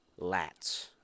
lats